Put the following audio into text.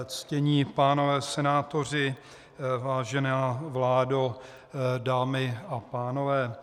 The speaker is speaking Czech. Ctění pánové senátoři, vážená vládo, dámy a pánové.